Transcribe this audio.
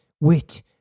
Wit